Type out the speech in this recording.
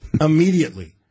immediately